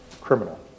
criminal